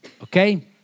Okay